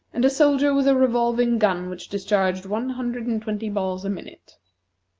and a soldier with a revolving gun which discharged one hundred and twenty balls a minute.